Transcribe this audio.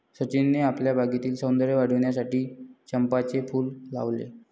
सचिनने आपल्या बागेतील सौंदर्य वाढविण्यासाठी चंपाचे फूल लावले